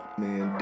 man